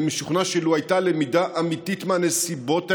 אני משוכנע שלו הייתה למידה אמיתית מהנסיבות האלה,